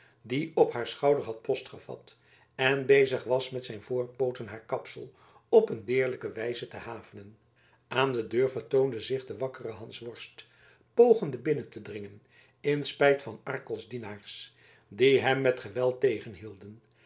die op haar schouder had postgevat en bezig was met zijn voorpooten haar kapsel op een deerlijke wijze te havenen aan de deur vertoonde zich de wakkere hansworst pogende binnen te dringen in spijt van arkels dienaars die hem met geweld